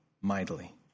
mightily